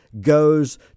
goes